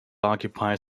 occupy